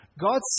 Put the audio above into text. God